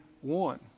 one